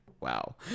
wow